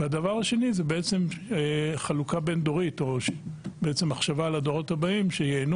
והדבר השני זה חלוקה בין דורית או מחשבה על הדורות הבאים שייהנו